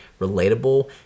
relatable